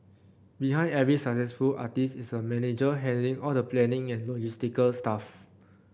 behind every successful artist is a manager handling all the planning and logistical stuff